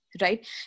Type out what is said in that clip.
right